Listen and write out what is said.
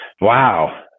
Wow